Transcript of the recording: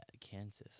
Kansas